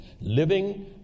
Living